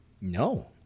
No